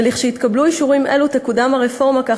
כשיתקבלו אישורים אלו תקודם הרפורמה כך